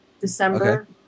December